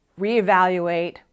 reevaluate